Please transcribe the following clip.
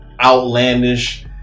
outlandish